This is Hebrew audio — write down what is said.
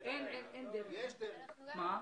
מענק,